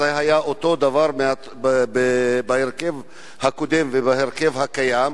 היה אותו דבר בהרכב הקודם ובהרכב הקיים